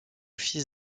fils